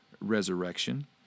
resurrection